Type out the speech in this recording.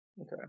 Okay